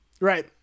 Right